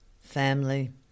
family